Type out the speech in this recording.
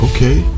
Okay